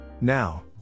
Now